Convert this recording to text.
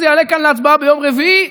וזה יעלה כאן להצבעה ביום רביעי.